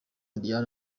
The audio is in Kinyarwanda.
diane